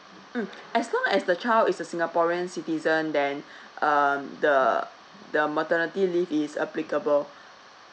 mm as long as the child is a singaporean citizen then um the the maternity leave is applicable